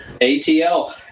ATL